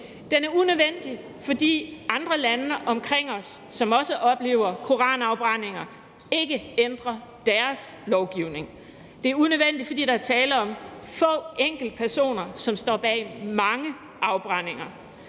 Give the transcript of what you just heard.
Den er unødvendig, fordi andre lande omkring os, som også oplever koranafbrændinger, ikke ændrer deres lovgivning. Den er unødvendig, fordi der er tale om få enkeltpersoner, som står bag mange afbrændinger,